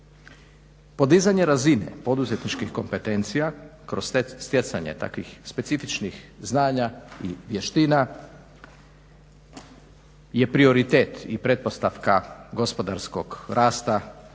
Podizanje razine poduzetničkih kompetencija kroz stjecanje takvih specifičnih znanja i vještina je prioritet i pretpostavka gospodarskog rasta